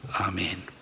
Amen